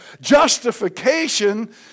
Justification